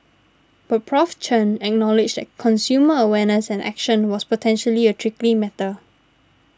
but Prof Chen acknowledged that consumer awareness and action was potentially a tricky matter